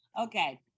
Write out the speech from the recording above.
Okay